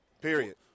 period